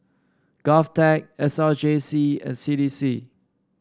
Govtech S R J C and C D C